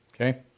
Okay